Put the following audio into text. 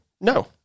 No